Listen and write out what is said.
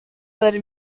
داره